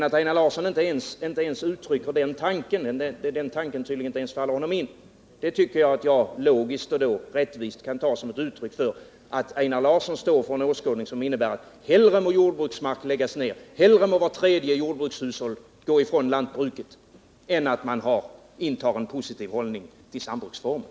Att den tanken tydligen inte ens faller Einar Larsson in tar jag, logiskt och rättvist, som ett uttryck för att han står för en åskådning som innebär att jordbruksmark hellre må läggas ner och vart tredje jordbrukshushåll hellre må gå ifrån lantbruket än att man intar en positiv hållning till sambruksformen.